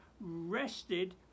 rested